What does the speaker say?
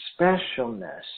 specialness